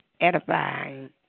edifying